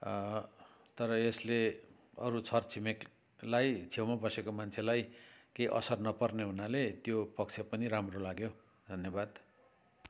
तर यसले अरू छर छिमेकीलाई छेउमा बसेको मान्छेलाई केही असर नपर्ने हुनाले त्यो पक्ष पनि राम्रो लाग्यो धन्यवाद